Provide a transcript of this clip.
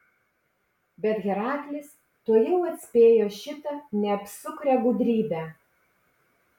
bet heraklis tuojau atspėjo šitą neapsukrią gudrybę